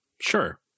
Sure